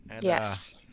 Yes